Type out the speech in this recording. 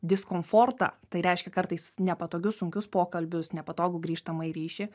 diskomfortą tai reiškia kartais nepatogius sunkius pokalbius nepatogų grįžtamąjį ryšį